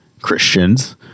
Christians